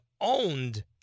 owned